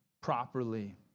properly